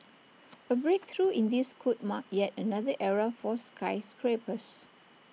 A breakthrough in this could mark yet another era for skyscrapers